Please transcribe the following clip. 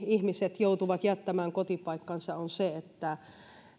ihmiset joutuvat jättämään kotipaikkansa on se että